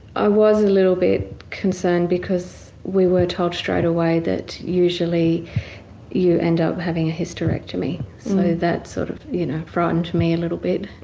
i was a little bit concerned because we were told straight away that usually you end up having a hysterectomy, so that sort of you know frightened me a little bit.